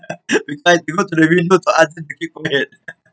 the guys look to the window to ask them to keep quiet